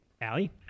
Allie